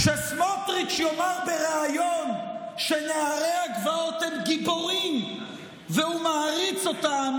שסמוטריץ' יאמר בריאיון שנערי הגבעות הם גיבורים והוא מעריץ אותם,